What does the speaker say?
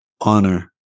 honor